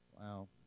wow